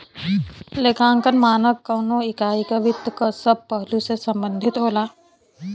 लेखांकन मानक कउनो इकाई क वित्त क सब पहलु से संबंधित होला